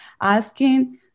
asking